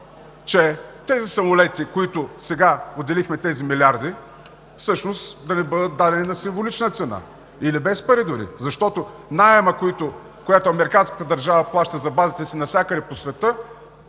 че самолетите, за които сега отделихме тези милиарди, всъщност да ни бъдат дадени на символична цена или без пари дори? Защото наема, който американската държава плаща за базите си навсякъде по света,